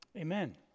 amen